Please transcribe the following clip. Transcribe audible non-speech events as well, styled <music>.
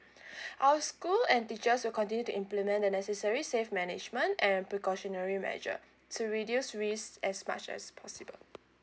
<breath> our school and teachers will continue to implement the necessary safe management and precautionary measure to reduce risk as much as possible